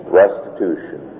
restitution